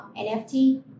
NFT